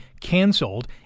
canceled